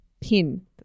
pin